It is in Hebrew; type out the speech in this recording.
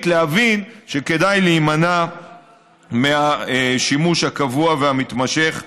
להבין שכדאי להימנע מהשימוש הקבוע והמתמשך בסמים.